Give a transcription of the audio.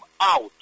out